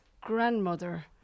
grandmother